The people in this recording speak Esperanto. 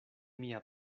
mia